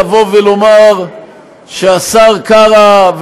לומר שהשר קרא,